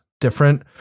different